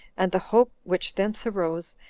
and the hope which thence arose,